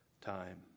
time